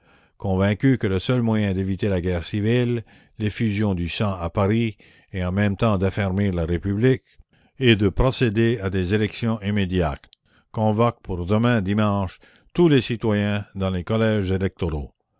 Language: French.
convaincus que le seul moyen d'éviter la guerre civile l'effusion du sang à paris et en même temps d'affermir la république est de procéder à des élections la commune immédiates convoquent pour demain dimanche tous les citoyens dans les collèges électoraux